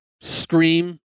scream